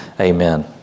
Amen